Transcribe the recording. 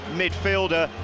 midfielder